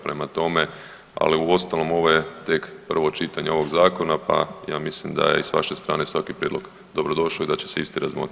Prema tome, ali uostalom ovo je tek prvo čitanje ovog zakona, pa ja mislim da je i sa vaše strane svaki prijedlog dobro došao i da će se isti razmotriti.